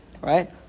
Right